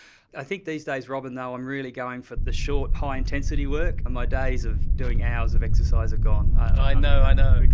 i think these days, robyn, though i'm really going for the short high-intensity work, and my days of doing hours of exercise are gone. i know, i know.